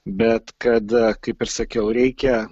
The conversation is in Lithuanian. bet kad kaip ir sakiau reikia